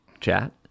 chat